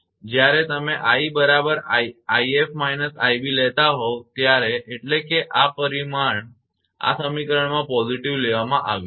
જ્યારે તમે i બરાબર 𝑖𝑓 − 𝑖𝑏 લેતા હોવ ત્યારે એટલે કે આ પરિમાણ આ સમીકરણમાં positive લેવામાં આવ્યું છે